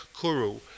kuru